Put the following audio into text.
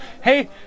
Hey